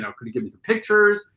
know, could he give me some pictures.